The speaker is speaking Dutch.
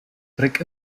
trek